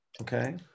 Okay